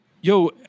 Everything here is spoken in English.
yo